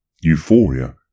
Euphoria